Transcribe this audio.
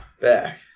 back